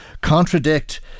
contradict